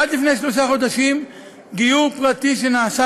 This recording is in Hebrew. עד לפני שלושה חודשים גיור פרטי שנעשה